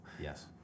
Yes